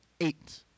eight